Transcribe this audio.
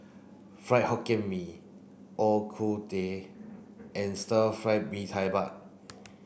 Fried Hokkien Mee O Ku Tueh and stir fried Mee Tai Mak